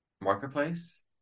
marketplace